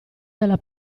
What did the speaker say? della